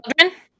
children